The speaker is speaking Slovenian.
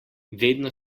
vedno